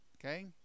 okay